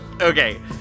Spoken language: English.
Okay